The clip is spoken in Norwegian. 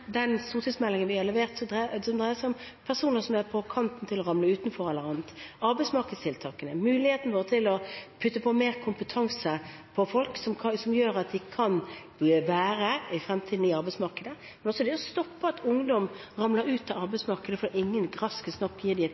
personer som er på kanten til å ramle utenfor, arbeidsmarkedstiltakene, mulighetene våre til å gi folk mer kompetanse som gjør at de i fremtiden kan være i arbeidsmarkedet, men også det å stoppe at ungdom ramler ut av arbeidsmarkedet fordi ingen raskt nok gir dem et